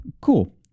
Cool